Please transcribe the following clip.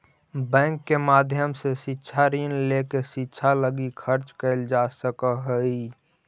bank के माध्यम से शिक्षा ऋण लेके शिक्षा लगी खर्च कैल जा सकऽ हई